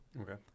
Okay